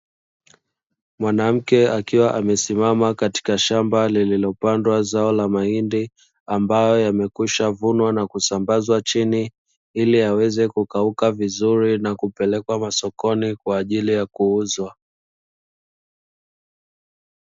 Mwanamke akiwa amesimama katika shamba lililopandwa zao la mahindi ambayo yamekwisha vunwa na kusambazwa chini, ili yaweze kukauka vizuri na kupelekwa masokoni kwa ajili ya kuuzwa.